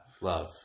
Love